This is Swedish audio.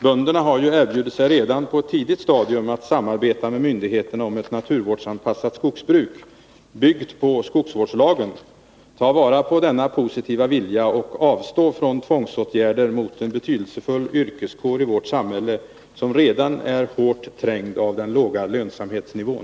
Bönderna har erbjudit sig redan på ett tidigt stadium att samarbeta med myndigheterna om ett naturvårdsanpassat skogsbruk — byggt på skogsvårdslagen. Ta vara på denna positiva vilja, och avstå från tvångsåtgärder mot en betydelsefull yrkeskår i vårt samhälle som redan är hårt trängd av den låga lönsamhetsnivån!